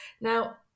Now